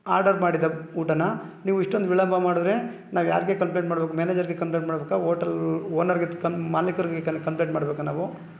order ಮಾಡಿದೆ ಊಟನ ನೀವು ಇಷ್ಟೊಂದು ವಿಳಂಬ ಮಾಡಿದ್ರೆ ನಾವು ಯಾರಿಗೆ ಕಂಪ್ಲೇಂಟ್ ಮಾಡಬೇಕು ಮ್ಯಾನೇಜರ್ಗೆ ಕಂಪ್ಲೇಂಟ್ ಮಾಡಬೇಕಾ ಓಟೆಲ್ ಓನರ್ಗೆ ಕಂ ಮಾಲೀಕರಿಗೆ ಕಮ್ ಕಂಪ್ಲೇಂಟ್ ಮಾಡಬೇಕಾ ನಾವು